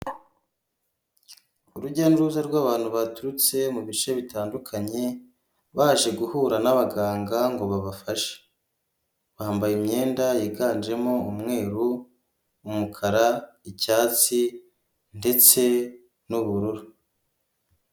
Urujya n'uruza rw'abantu baturutse mu bice bitandukanye, baje guhura n'abaganga ngo babafashe, bambaye imyenda yiganjemo umweru, umukara, icyatsi ndetse n'ubururu.